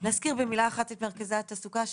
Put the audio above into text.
נזכיר במילה אחת את מרכזי התעסוקה,